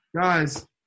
guys